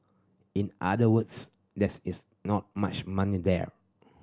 in other words there is not much money there